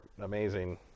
amazing